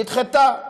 נדחתה.